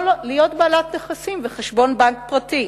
להיות בעלת נכסים וחשבון בנק פרטי,